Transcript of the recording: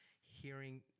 hearing